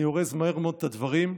אני אורז מהר מאוד את הדברים,